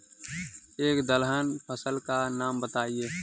एक दलहन फसल का नाम बताइये